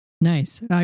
Nice